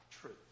truth